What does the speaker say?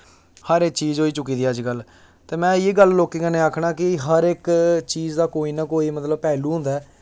हर इक चीज होई चुकी दी ऐ अज्ज कल ते में इ'यै गल्ल लोकें कन्नै आखना कि हर इक चीज दा कोई ना कोई मतलब पैह्लू होंदा ऐ